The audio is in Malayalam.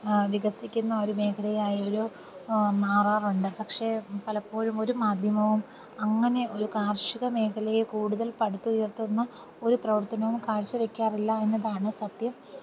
വികസിക്കുന്ന ഒരു മേഖലയായി ഒരു മാറാറുണ്ട് പക്ഷേ പലപ്പോഴും ഒരു മാധ്യമവും അങ്ങനെ ഒരു കാർഷികമേഖലയെ കൂടുതൽ പാടുത്തുയർത്തുന്ന ഒരു പ്രവർത്തനവും കാഴ്ചവെക്കാറില്ല എന്നതാണ് സത്യം